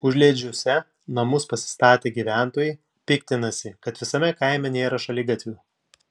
užliedžiuose namus pasistatę gyventojai piktinasi kad visame kaime nėra šaligatvių